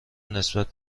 نسبت